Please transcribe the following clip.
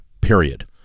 period